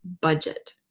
budget